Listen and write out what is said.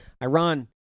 Iran